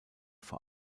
vor